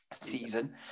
season